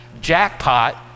jackpot